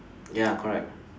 ya correct